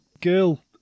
girl